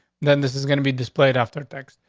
then this is gonna be displayed after text.